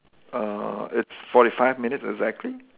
err it's forty five minutes exactly